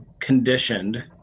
conditioned